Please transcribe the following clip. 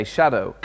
Shadow